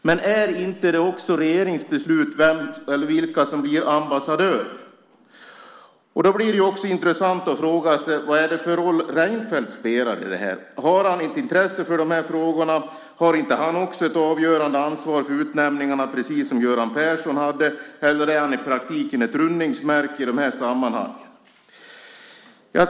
Men fattas det inte regeringsbeslut om vilka som ska bli ambassadörer? Då blir det också intressant att fråga vilken roll som Reinfeldt spelar i detta sammanhang. Har han ett intresse för dessa frågor? Har inte han också ett avgörande ansvar för utnämningarna precis som Göran Persson hade, eller är han i praktiken ett rundningsmärke i dessa sammanhang?